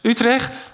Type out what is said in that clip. Utrecht